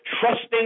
trusting